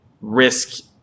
risk